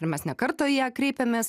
ir mes ne kartą į ją kreipėmės